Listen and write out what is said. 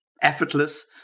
Effortless